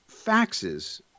faxes